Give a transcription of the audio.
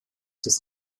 des